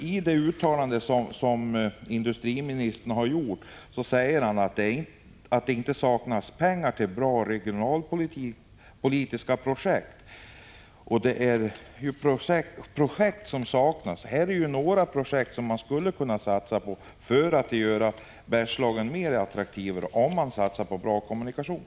I det uttalande industriministern gjort säger han att det inte saknas pengar till bra regionalpolitiska projekt, men att det är projekt som saknas. Här är några man skulle kunna satsa på för att göra Bergslagen mera attraktivt, om man satsade på en bra kommunikation.